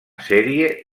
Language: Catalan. sèrie